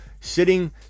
Sitting